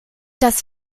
das